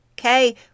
Okay